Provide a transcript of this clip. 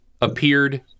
appeared